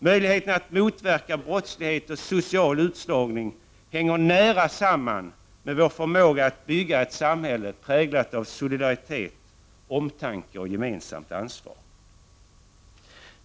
Möjligheterna att motverka brottslighet och social utslagning hänger nära samman med vår förmåga att bygga ett samhälle präglat av solidaritet, omtanke och gemensamt ansvar.